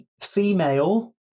female